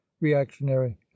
reactionary